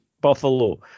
Buffalo